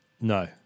No